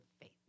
faith